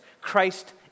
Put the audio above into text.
Christ